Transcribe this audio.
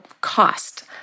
cost